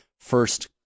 first